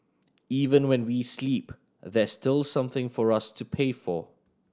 even when we sleep there's still something for us to pay for